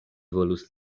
volus